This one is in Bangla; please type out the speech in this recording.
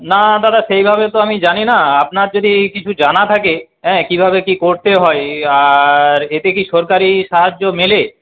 না দাদা সেইভাবে তো আমি জানি না আপনার যদি কিছু জানা থাকে হ্যাঁ কিভাবে কি করতে হয় আর এতে কি সরকারি সাহায্য মেলে